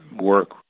work